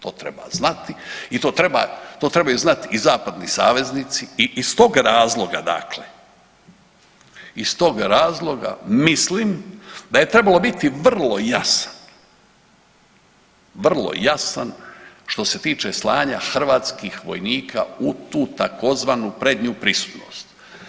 To treba znati i to trebaju znati i zapadni savezni i iz tog razloga dakle, iz tog razloga mislim da je trebalo biti vrlo jasan, vrlo jasan što se tiče slanja hrvatskih vojnika u tzv. prednju prisutnost.